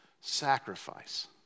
Sacrifice